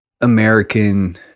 American